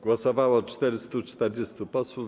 Głosowało 440 posłów.